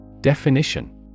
Definition